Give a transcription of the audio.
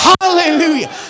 Hallelujah